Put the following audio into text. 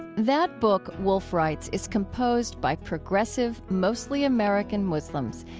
that book, wolfe writes, is composed by progressive, mostly american muslims,